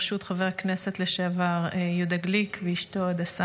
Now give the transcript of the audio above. ברשות חבר הכנסת לשעבר יהודה גליק ואשתו הדס,